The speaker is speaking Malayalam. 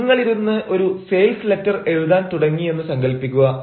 പക്ഷേ നിങ്ങളിരുന്ന് ഒരു സെയിൽസ് ലെറ്റർ എഴുതാൻ തുടങ്ങിയെന്ന് സങ്കൽപ്പിക്കുക